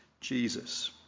Jesus